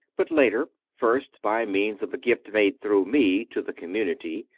but later, first by means of a gift made through me to the community,